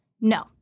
No